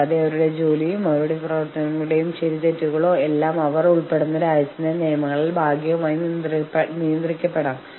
കൂടാതെ നിങ്ങളുടെ പണം തീർന്നുപോകുമ്പോൾ നിങ്ങൾ വീണ്ടും ജോലിയിലേക്ക് വരാൻ തയ്യാറാകും